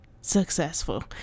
successful